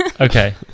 Okay